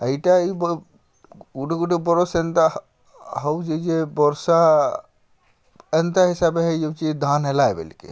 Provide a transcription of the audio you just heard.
ଇଟା ଇ ଗୁଟେ ଗୁଟେ ବରଷ୍ ଏନ୍ତା ହେଉଛେ ଯେ ବର୍ଷା ଏନ୍ତା ହିସାବେ ହେଇଯାଉଛେ ଧାନ୍ ହେଲା ବେଲ୍କେ